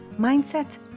mindset